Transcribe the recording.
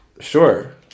Sure